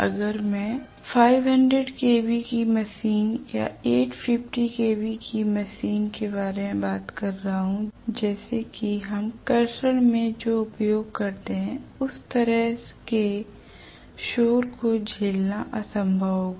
अगर मैं 500 kW की मशीन या 850 kW की मशीन के बारे में बात कर रहा हूं जैसे कि हम कर्षण में जो उपयोग करते हैं उस तरह के शोर को झेलना असंभव होगा